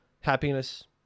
happiness